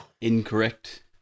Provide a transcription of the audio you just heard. Incorrect